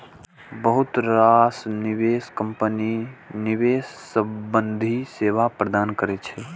बहुत रास निवेश कंपनी निवेश संबंधी सेवा प्रदान करै छै